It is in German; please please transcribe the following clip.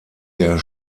der